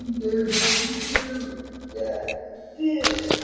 the few that did.